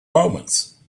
moments